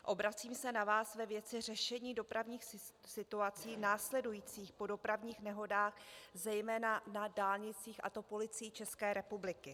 Obracím se na vás ve věci řešení dopravních situací následujících po dopravních nehodách zejména na dálnicích, a to Policií České republiky.